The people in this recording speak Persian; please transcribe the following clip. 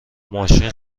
ماشین